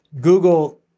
Google